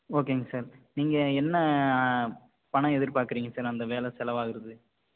ஓகேங்க சார் நீங்கள் என்ன பணம் எதிர்பார்க்கறிங்க சார் அந்த வேலை செலவாகிறத்து